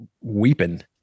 weeping